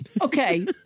Okay